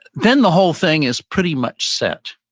then the whole thing is pretty much set.